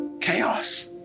Chaos